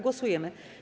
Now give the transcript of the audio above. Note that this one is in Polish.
Głosujemy.